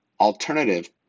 alternative